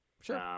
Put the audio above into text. Sure